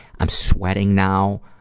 i'm sweating now.